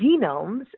genomes